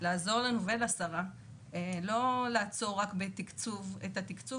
לעזור לנו ולשרה לא לעצור רק בתקצוב את התקצוב